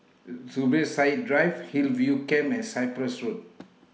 Zubir Said Drive Hillview Camp and Cyprus Road